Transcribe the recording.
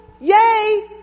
yay